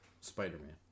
spider-man